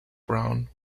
brown